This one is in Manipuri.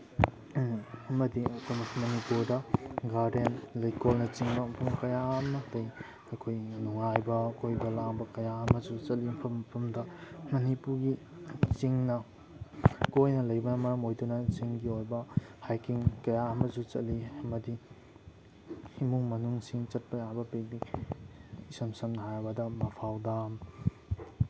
ꯑꯃꯗꯤ ꯑꯩꯈꯣꯏꯅ ꯃꯅꯤꯄꯨꯔꯗ ꯒꯥꯔꯗꯦꯟ ꯂꯩꯀꯣꯜꯅꯆꯤꯡꯕ ꯃꯐꯝ ꯀꯌꯥ ꯑꯃ ꯑꯇꯩ ꯑꯩꯈꯣꯏꯅ ꯅꯨꯡꯉꯥꯏꯕ ꯀꯣꯏꯕ ꯂꯥꯡꯕ ꯀꯌꯥ ꯑꯃꯁꯨ ꯆꯠꯂꯤ ꯃꯐꯝ ꯃꯐꯝꯗ ꯃꯅꯤꯄꯨꯔꯒꯤ ꯆꯤꯡꯅ ꯀꯣꯏꯅ ꯂꯩꯕꯅ ꯃꯔꯝ ꯑꯣꯏꯗꯨꯅ ꯆꯤꯡꯒꯤ ꯑꯣꯏꯕ ꯍꯥꯏꯀꯤꯡ ꯀꯌꯥ ꯑꯃꯁꯨ ꯆꯠꯂꯤ ꯑꯃꯗꯤ ꯏꯃꯨꯡ ꯃꯅꯨꯡꯁꯤꯡ ꯆꯠꯄ ꯌꯥꯕ ꯄꯤꯛꯅꯤꯛ ꯏꯁꯝ ꯁꯝꯅ ꯍꯥꯏꯔꯕꯗ ꯃꯐꯥꯎ ꯗꯥꯝ